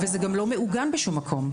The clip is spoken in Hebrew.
זה גם לא מעוגן בשום מקום.